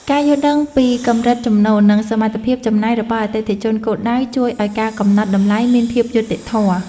ការយល់ដឹងពីកម្រិតចំណូល និងសមត្ថភាពចំណាយរបស់អតិថិជនគោលដៅជួយឱ្យការកំណត់តម្លៃមានភាពយុត្តិធម៌។